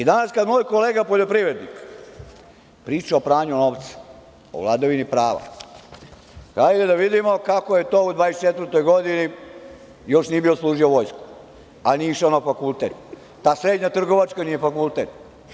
Danas kada moj kolega poljoprivrednik priča o pranju novca, o vladavini prava, hajde da vidimo kako je to u 24. godini, još nije bio služio vojsku, a nije išao na fakultet, pa srednja trgovačka nije fakultet…